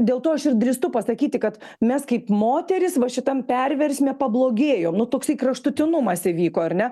dėl to aš ir drįstu pasakyti kad mes kaip moterys va šitam perversme pablogėjom nu toksai kraštutinumas įvyko ar ne